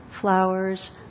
flowers